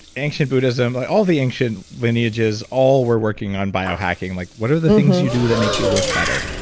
ancient buddhism, all the ancient lineages all were working on biohacking. like what are the things you do that make you work better?